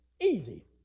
easy